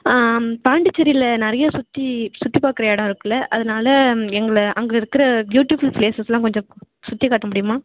பாண்டிச்சேரியில நிறையே சுற்றி சுற்றி பார்க்கற இடோம் இருக்குல்ல அதனால் எங்களை அங்கே இருக்கிற பியூட்டிஃபுல் ப்ளேஸஸ் எல்லாம் கொஞ்சம் சுற்றி காட்ட முடியுமா